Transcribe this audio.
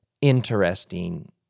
interesting